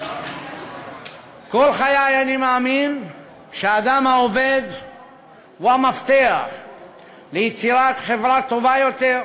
כל חיי אני מאמין שהאדם העובד הוא המפתח ליצירת חברה טובה יותר,